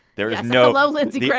there is no love lindsey. yeah